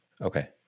Okay